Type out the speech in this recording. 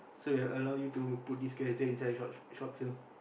so they will allow you to put this character inside the inside the short film